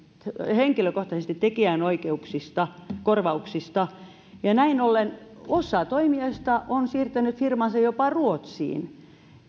henkilökohtaisesti tekijänoikeuksista korvauksista näin ollen osa toimijoista on siirtänyt firmansa jopa ruotsiin